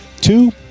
Two